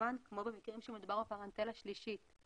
מקוון כמו במקרים שמדובר בפרנטלה שלישית.